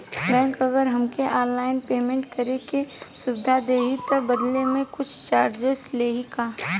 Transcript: Bank अगर हमके online payment करे के सुविधा देही त बदले में कुछ चार्जेस लेही का?